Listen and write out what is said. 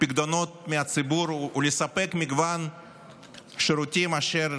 פיקדונות מהציבור ולספק מגוון שירותים אשר